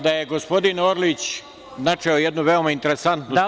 Kada je gospodin Orlić načeo jednu veoma interesantnu temu…